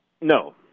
No